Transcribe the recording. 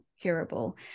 curable